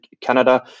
Canada